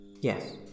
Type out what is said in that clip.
yes